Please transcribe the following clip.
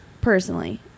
Personally